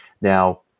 Now